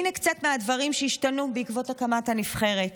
הינה קצת מהדברים שהשתנו בעקבות הקמת הנבחרת.